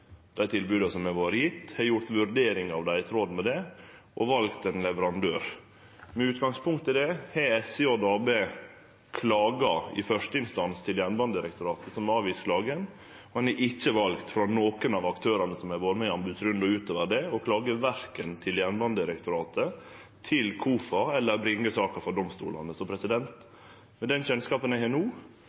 dei i tråd med det og valt ein leverandør. Med utgangspunkt i det har SJ AB klaga i første instans til Jernbanedirektoratet, som har avvist klagen, men ein har ikkje valt frå nokon av aktørane som har vore med i anbodsrunden og utover det, å klage verken til Jernbanedirektoratet eller til KOFA eller å bringe saka inn for domstolane. Med den kjennskapen eg har no,